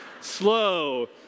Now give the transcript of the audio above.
Slow